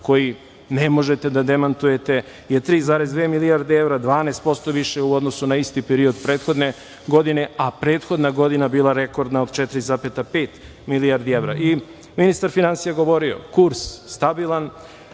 koji ne možete da demantujete je 3,2 milijarde evra, 12% više u odnosu na isti period prethodne godine, a prethodna godina je bila rekordna od 4,5 milijardi evra. Ministar finansija je govorio, kurs stabilan,